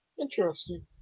Interesting